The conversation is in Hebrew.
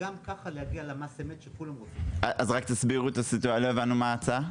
לא הבנו מה ההצעה.